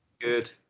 Good